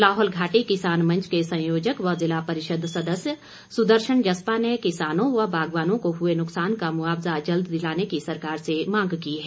लाहौल घाटी किसान मंच के संयोजक व जिला परिषद सदस्य सुदर्शन जस्पा ने किसानों व बागवानों को हुए नुकसान का मुआवजा जल्द दिलाने की सरकार से मांग की है